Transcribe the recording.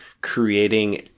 creating